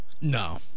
no